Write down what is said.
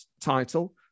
title